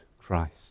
Christ